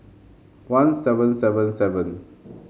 one seven seven seven